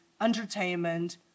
entertainment